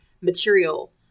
material